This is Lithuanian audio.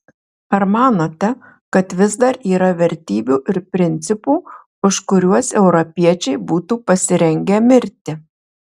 ar manote kad vis dar yra vertybių ir principų už kuriuos europiečiai būtų pasirengę mirti